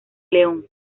león